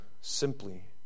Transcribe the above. simply